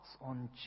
on